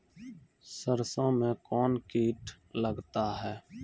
सरसों मे कौन कीट लगता हैं?